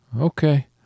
Okay